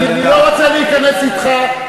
אני לא רוצה להיכנס אתך,